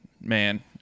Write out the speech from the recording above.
man